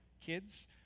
kids